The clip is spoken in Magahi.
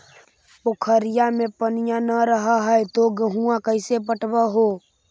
पोखरिया मे पनिया न रह है तो गेहुमा कैसे पटअब हो?